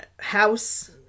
house